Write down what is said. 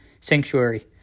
sanctuary